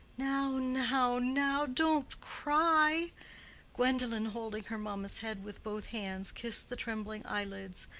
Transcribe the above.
now, now, now! don't cry gwendolen, holding her mamma's head with both hands, kissed the trembling eyelids.